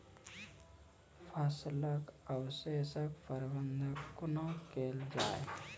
फसलक अवशेषक प्रबंधन कूना केल जाये?